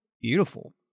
beautiful